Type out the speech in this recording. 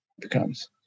becomes